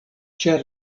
ĉar